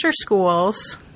schools